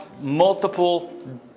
multiple